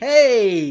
Hey